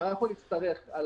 אם אנחנו נצטרך על